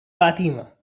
fatima